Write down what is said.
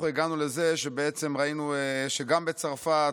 אנחנו הגענו לזה שבעצם ראינו שגם בצרפת,